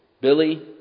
Billy